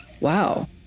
wow